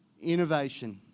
Innovation